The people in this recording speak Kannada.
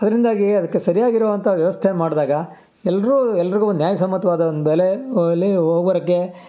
ಅದರಿಂದಾಗಿ ಅದಕ್ಕೆ ಸರಿಯಾಗಿರೋ ಅಂಥ ವ್ಯವಸ್ಥೆ ಮಾಡಿದಾಗ ಎಲ್ರೂ ಎಲ್ರಿಗೂ ಒಂದು ನ್ಯಾಯಸಮ್ಮತವಾದ ಒಂದು ಬೆಲೆ ಅಲ್ಲಿ ಹೋಗೋರ್ಗೆ